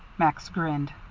max grinned.